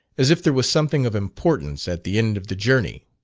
as if there was something of importance at the end of the journey.